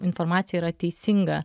informacija yra teisinga